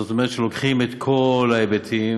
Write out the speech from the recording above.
זאת אומרת שלוקחים את כל ההיבטים,